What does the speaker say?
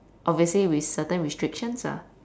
obviously with certain restrictions lah